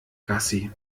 gassi